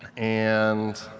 and